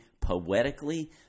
poetically